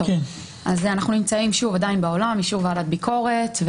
אנחנו נמצאים עם אישור ועדת ביקורת,